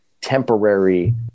temporary